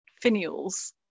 finials